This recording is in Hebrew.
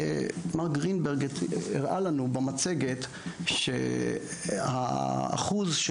מר גרינברג הראה לנו במצגת שהאחוז של